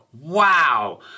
wow